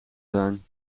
zijn